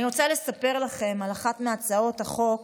אני רוצה לספר לכם על אחת מהצעות החוק